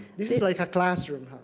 this is like a classroom.